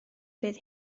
fydd